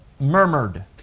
murmured